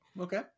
Okay